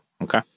Okay